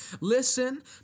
Listen